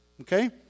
okay